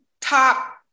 top